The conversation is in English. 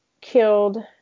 killed